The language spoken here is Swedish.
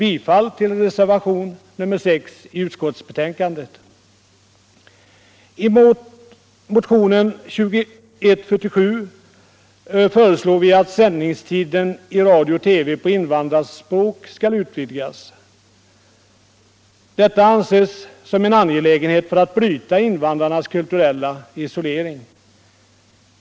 I motionen 2147 föreslår vi att sändningstiden på invandrarspråk i radio och TV skall utvidgas. Detta är en angelägenhet för att bryta invandrarnas kulturella isolering.